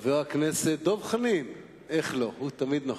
חבר הכנסת דב חנין, איך לא, הוא תמיד נוכח.